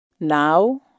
Now